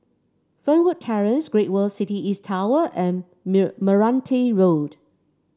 Fernwood Terrace Great World City East Tower and Meranti Road